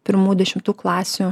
pirmų dešimtų klasių